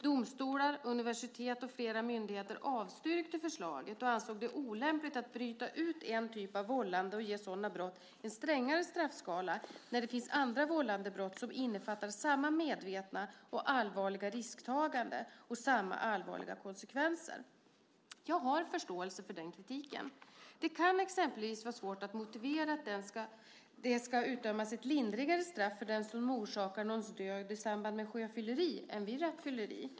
Domstolar, universitet och flera myndigheter avstyrkte förslaget och ansåg det olämpligt att bryta ut en typ av vållande och ge sådana brott en strängare straffskala när det finns andra vållandebrott som innefattar samma medvetna och allvarliga risktagande och samma allvarliga konsekvenser. Jag har förståelse för den kritiken. Det kan exempelvis vara svårt att motivera att det ska utdömas ett lindrigare straff för den som orsakar någons död i samband med sjöfylleri än vid rattfylleri.